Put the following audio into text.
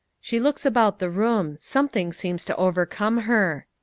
she looks about the room. something seems to overcome her.